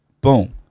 Boom